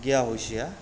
गिया हसिया